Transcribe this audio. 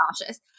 nauseous